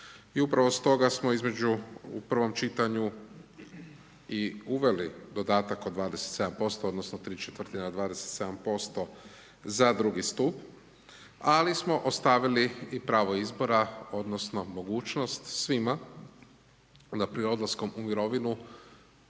i upravo stoga smo između, u prvom čitanju i uveli dodataka od 27%, odnosno 3/4 od 27% za drugi stup, ali smo ostavili i pravo izbora odnosno mogućnost svima da pri odlaskom u mirovinu